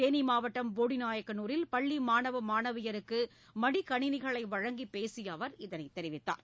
தேனி மாவட்டம் போடிநாயக்கனூரில் பள்ளி மாணவ மாணவியருக்கு மடிக்கணினிகளை வழங்கிப்பேசிய அவர் இதனைத் தெரிவித்தார்